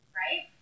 right